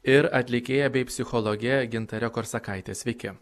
ir atlikėja bei psichologe gintare korsakaitė sveiki